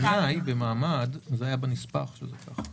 זה לא שאלה עקרונית.